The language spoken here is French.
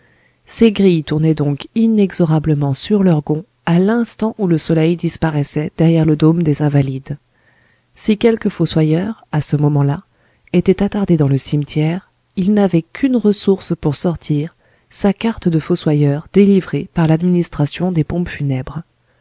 ces grilles tournaient donc inexorablement sur leurs gonds à l'instant où le soleil disparaissait derrière le dôme des invalides si quelque fossoyeur à ce moment-là était attardé dans le cimetière il n'avait qu'une ressource pour sortir sa carte de fossoyeur délivrée par l'administration des pompes funèbres